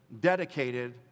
dedicated